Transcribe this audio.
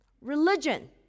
Religion